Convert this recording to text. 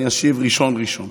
אני אשיב על ראשון ראשון.